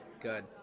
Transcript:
good